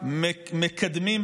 מקדמים,